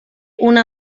una